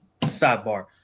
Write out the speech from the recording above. sidebar